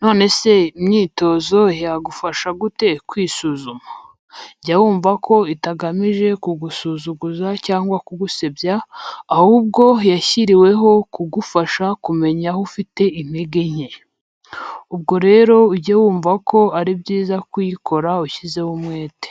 Nonese imyitozo yagufasha gute kwisuzuma? Jya wumva ko itagamije kugusuzuguza cyangwa ku gusebya, ahubwo yashyiriweho kugufasha kumenya aho ufite intege nke. Ubwo rero ujye wumva ko ari byiza kuyikora ushyizeho umwete.